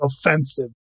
offensive